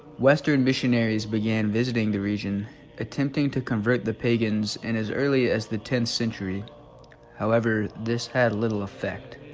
western missionaries began visiting the region attempting to convert the pagans and as early as the tenth century however this had little effect